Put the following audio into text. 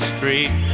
Street